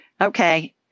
Okay